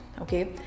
okay